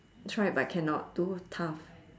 tried but cannot too tough